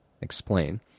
explain